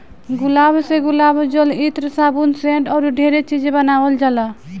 गुलाब से गुलाब जल, इत्र, साबुन, सेंट अऊरो ढेरे चीज बानावल जाला